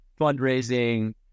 fundraising